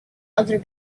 other